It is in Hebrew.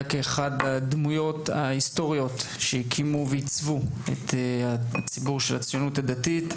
כאחד הדמויות ההיסטוריות שהקימו ועיצבו את הציבור של הציונות הדתית,